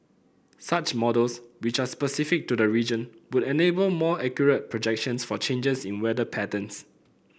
such models which are specific to the region would enable more accurate projections for changes in weather patterns